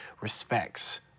respects